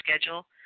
schedule